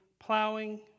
Plowing